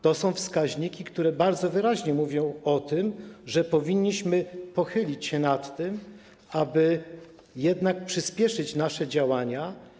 To są wskaźniki, które bardzo wyraźnie mówią o tym, że powinniśmy pochylić się nad tym, aby jednak przyspieszyć nasze działania.